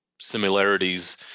similarities